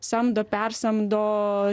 samdo persamdo